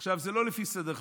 עכשיו, זה לא לפי סדר חשיבותם,